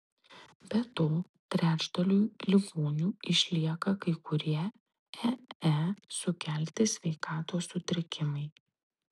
be to trečdaliui ligonių išlieka kai kurie ee sukelti sveikatos sutrikimai